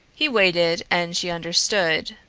he waited and she understood.